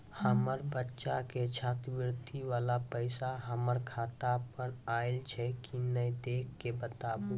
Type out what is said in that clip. हमार बच्चा के छात्रवृत्ति वाला पैसा हमर खाता पर आयल छै कि नैय देख के बताबू?